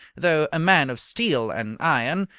though a man of steel and iron,